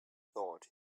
thought